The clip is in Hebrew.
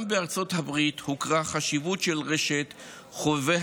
גם בארצות הברית הוכרה החשיבות של רשת חובבי